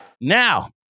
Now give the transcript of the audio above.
Now